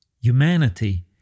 humanity